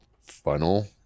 funnel